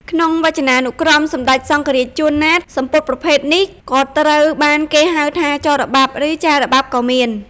ក្នុងវចនានុក្រមសម្ដេចសង្ឃរាជ ជួន ណាត សំពត់ប្រភេទនេះ ក៏ត្រូវបានគេហៅចរបាប់ ឬចារបាប់ ក៏មាន។